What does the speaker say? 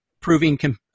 proving